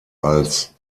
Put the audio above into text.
als